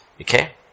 Okay